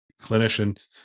clinician